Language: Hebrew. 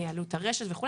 עלות הרשת וכו'.